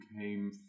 came